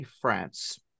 France